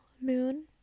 Moon